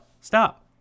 stop